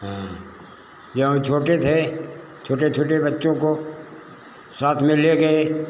हाँ जब हम छोटे थे छोटे छोटे बच्चों को साथ में ले गए